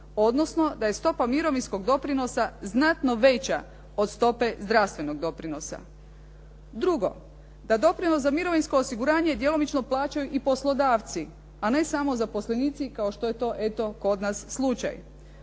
odnosno da je stopa mirovinskog doprinosa znatno veća od stope zdravstvenog doprinosa. Drugo, da doprinos za mirovinsko osiguranje djelomično plaćaju i poslodavci, a ne samo zaposlenici kao što je to eto kod nas slučaj.